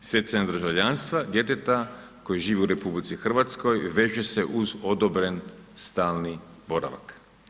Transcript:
Stjecanjem državljanstva djeteta koje živi u RH, veže se uz odobren stalni boravak.